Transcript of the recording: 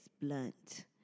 blunt